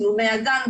צילומי אגן,